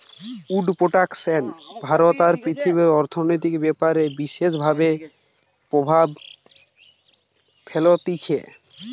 would production ভারতে আর পৃথিবীর অর্থনৈতিক ব্যাপারে বিশেষ প্রভাব ফেলতিছে